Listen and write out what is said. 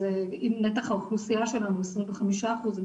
אז אם נתח האוכלוסייה שלנו הוא 25% אז אני